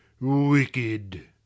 wicked